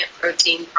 protein